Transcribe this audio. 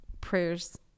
prayers